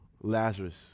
Lazarus